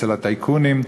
אצל הטייקונים,